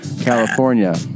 California